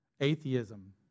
Atheism